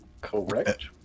Correct